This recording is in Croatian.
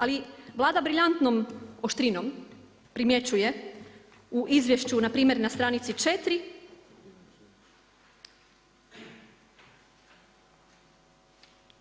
Ali Vlada briljantnom oštrinom primjećuje u izvješću npr. na stranici 4